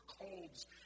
colds